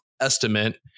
estimate